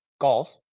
golf